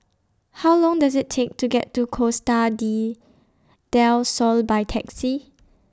How Long Does IT Take to get to Costa D Del Sol By Taxi